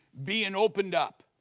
being opened up.